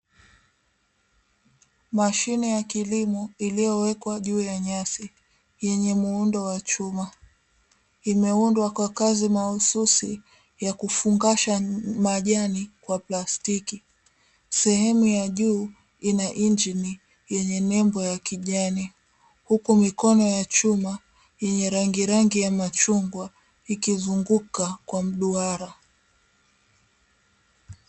Mashine ya kilimo iliyowekwa juu ya nyasi yenye muundo wa chuma, imeundwa kwa kazi mahususi ya kufungasha majani kwa plastiki, sehemu ya juu ina injini yenye nembo ya kijani huku mikono ya chuma yenye rangi rangi ya machungwa ikizunguka kwa mduara.